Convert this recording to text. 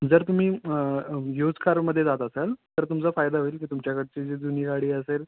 जर तुम्ही यूज्ड कारमध्ये जात असाल तर तुमचा फायदा होईल की तुमच्याकडची जी जुनी गाडी असेल